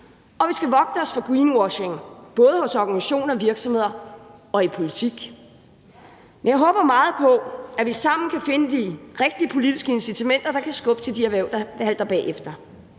og vi skal vogte os for greenwashing, både hos organisationer og virksomheder – og i politik. Men jeg håber meget på, at vi sammen kan finde de rigtige politiske incitamenter, der kan skubbe til de erhverv, der halter bagefter.